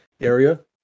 area